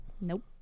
Nope